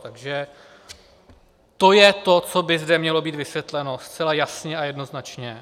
Takže to je to, co by zde mělo být vysvětleno zcela jasně a jednoznačně.